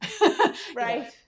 Right